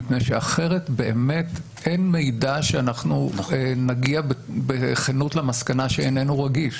אחרת באמת אין מידע שנגיע בכנות למסקנה שאיננו רגיש.